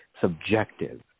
subjective